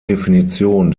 definition